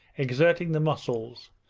exerting the muscles,